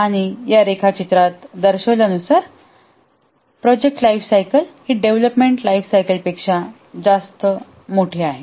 आणि या रेखा चित्रात दर्शविल्यानुसार प्रोजेक्ट लाइफसायकल ही डेव्हलपमेंट लाइफसायकल पेक्षा जास्त मोठी आहे